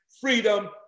freedom